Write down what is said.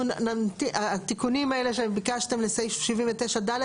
התיקונים האלה שביקשתם לסעיף 79(ד),